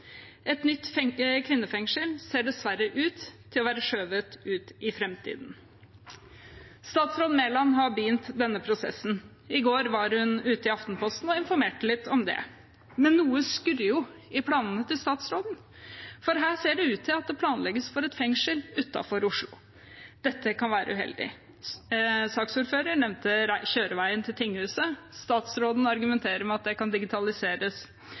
Et nytt kvinnefengsel ser dessverre ut til å være skjøvet ut i framtiden. Statsråd Mæland har begynt denne prosessen. I går var hun ute i Aftenposten og informerte litt om det. Men noe skurrer i planene til statsråden, for her ser det ut til at det planlegges for et fengsel utenfor Oslo. Dette kan være uheldig. Saksordføreren nevnte kjøreveien til tinghuset. Statsråden argumenterer med at det kan digitaliseres.